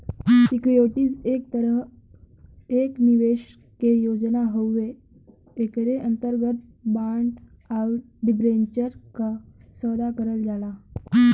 securities एक तरह एक निवेश के योजना हउवे एकरे अंतर्गत बांड आउर डिबेंचर क सौदा करल जाला